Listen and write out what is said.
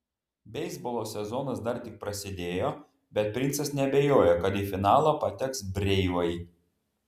beisbolo sezonas dar tik prasidėjo bet princas neabejoja kad į finalą pateks breivai